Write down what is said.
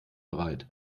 bereit